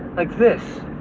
like this.